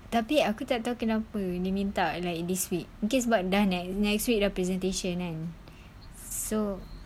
tapi aku tak tahu kenapa dia minta like this week mungkin sebab done eh next week re~ presentation kan so